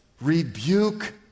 Rebuke